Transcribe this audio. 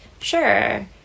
sure